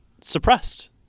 suppressed